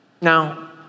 Now